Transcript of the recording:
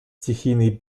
стихийных